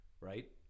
right